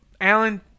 Alan